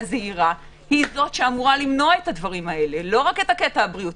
הזהירה היא זו שאמורה למנוע את הדברים האלה לא רק את הקטע הבריאותי.